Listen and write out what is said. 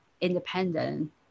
independent